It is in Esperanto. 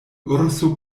urso